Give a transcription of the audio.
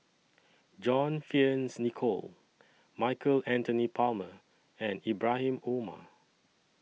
John Fearns Nicoll Michael Anthony Palmer and Ibrahim Omar